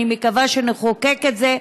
אני מקווה שנחוקק את זה,